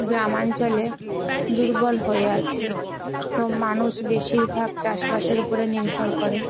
গ্রামাঞ্চলে দুর্বল হয়ে আছে তো মানুষ বেশিরভাগ চাষবাসের উপরে নির্ভর করে